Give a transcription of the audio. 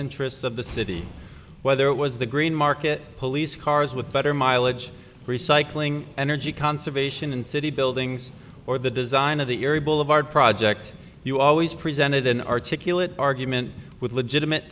interests of the city whether it was the green market police cars with better mileage recycling energy conservation and city buildings or the design of the boulevard project you always presented an articulate argument with legitimate